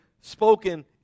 spoken